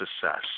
success